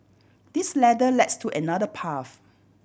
this ladder leads to another path